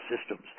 systems